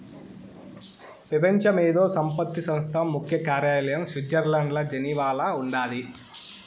పెపంచ మేధో సంపత్తి సంస్థ ముఖ్య కార్యాలయం స్విట్జర్లండ్ల జెనీవాల ఉండాది